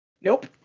Nope